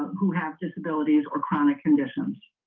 who have disabilities or chronic conditions.